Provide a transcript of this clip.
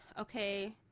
okay